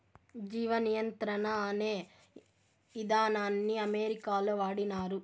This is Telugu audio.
జీవ నియంత్రణ అనే ఇదానాన్ని అమెరికాలో వాడినారు